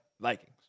Vikings